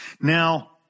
Now